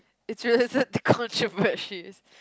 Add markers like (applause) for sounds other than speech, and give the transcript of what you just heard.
it's (laughs) related to controversies